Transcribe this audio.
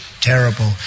terrible